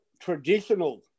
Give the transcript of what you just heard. traditional